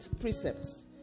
precepts